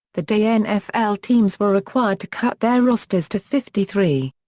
the day nfl teams were required to cut their rosters to fifty three.